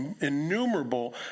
innumerable